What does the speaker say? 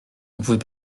pouvait